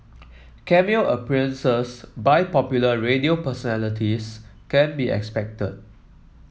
Cameo appearances by popular radio personalities can be expected